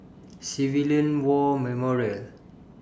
Civilian War Memorial